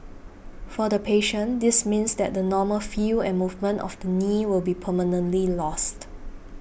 for the patient this means that the normal feel and movement of the knee will be permanently lost